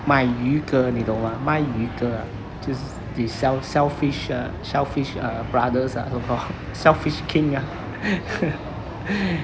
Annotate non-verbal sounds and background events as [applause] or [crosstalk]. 卖鱼哥你懂吗卖鱼哥 ah 就是 they sell sell fish uh sell fish uh brothers ah so call sell fish king ah [noise]